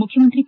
ಮುಖ್ಯಮಂತ್ರಿ ಬಿ